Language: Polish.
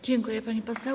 Dziękuję, pani poseł.